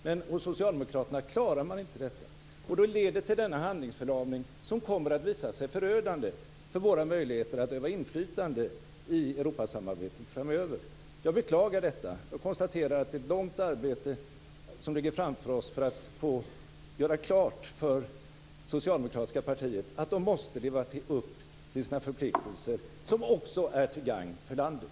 Men hos Socialdemokraterna klarar man inte detta. Det leder till denna handlingsförlamning, som kommer att vara förödande för våra möjligheter att öva inflytande i Europasamarbetet framöver. Jag beklagar detta. Jag konstaterar att det är ett långvarigt arbete som ligger framför oss med att göra klart för det socialdemokratiska partiet att det måste leva upp till sina förpliktelser, som också är till gagn för landet.